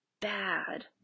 bad